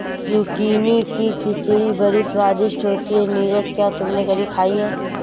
Zucchini की खिचड़ी बड़ी स्वादिष्ट होती है नीरज क्या तुमने कभी खाई है?